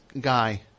guy